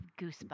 goosebumps